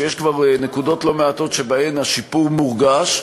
שיש כבר נקודות לא מעטות שבהן השיפור מורגש,